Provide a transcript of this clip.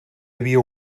havia